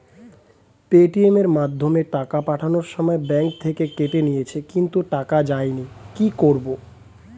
Paytm এর মাধ্যমে টাকা পাঠানোর সময় ব্যাংক থেকে কেটে নিয়েছে কিন্তু টাকা যায়নি কি করব?